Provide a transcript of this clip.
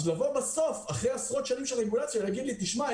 אז לבוא בסוף אחרי עשרות שנים של רגולציה ולהגיד לי: תשמע,